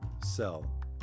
sell